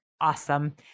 Awesome